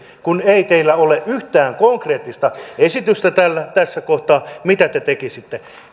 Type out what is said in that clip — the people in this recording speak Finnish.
kun ei teillä ole yhtään konkreettista esitystä tässä kohtaa mitä te tekisitte